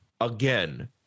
Again